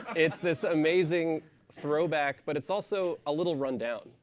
it's this amazing throwback. but it's also a little run down.